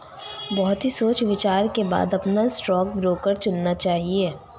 बहुत ही सोच विचार के बाद अपना स्टॉक ब्रोकर चुनना चाहिए